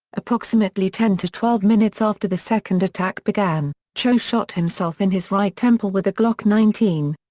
approximately ten to twelve minutes after the second attack began, cho shot himself in his right temple with the glock nineteen.